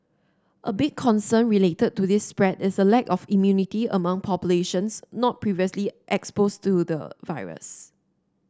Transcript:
a big concern related to this spread is a lack of immunity among populations not previously exposed to the virus